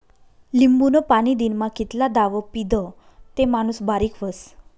लिंबूनं पाणी दिनमा कितला दाव पीदं ते माणूस बारीक व्हस?